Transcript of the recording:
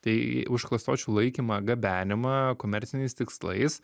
tai už klastočių laikymą gabenimą komerciniais tikslais